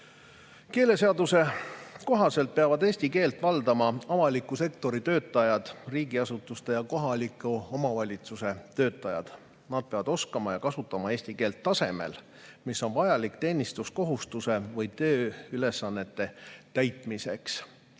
Keeleseaduse kohaselt peavad avaliku sektori töötajad, riigiasutuste ja kohaliku omavalitsuse töötajad eesti keelt valdama. Nad peavad oskama ja kasutama eesti keelt tasemel, mis on vajalik teenistuskohustuste või tööülesannete täitmiseks.